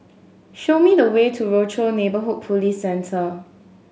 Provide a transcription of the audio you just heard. show me the way to Rochor Neighborhood Police Centre